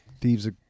Thieves